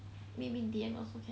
maybe D_M also can